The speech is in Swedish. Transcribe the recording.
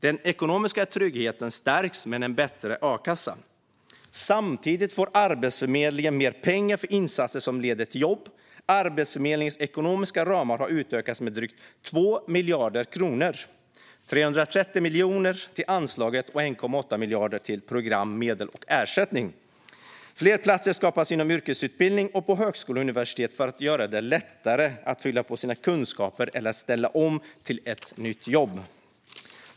Den ekonomiska tryggheten stärks med en bättre a-kassa, och samtidigt får Arbetsförmedlingen mer pengar för insatser som leder till jobb. Arbetsförmedlingens ekonomiska ramar har utökats med drygt 2 miljarder kronor - 330 miljoner till anslaget och 1,8 miljarder till programmedel och ersättning. Fler platser skapas inom yrkesutbildning och på högskolor och universitet för att göra det lättare för människor att fylla på sina kunskaper eller ställa om till ett nytt jobb.